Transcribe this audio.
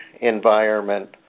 environment